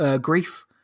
grief